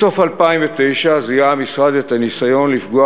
מסוף 2009 זיהה המשרד את הניסיון לפגוע